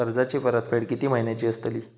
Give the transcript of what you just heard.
कर्जाची परतफेड कीती महिन्याची असतली?